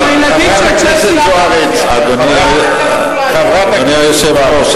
אדוני היושב-ראש,